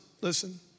listen